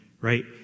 right